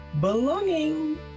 belonging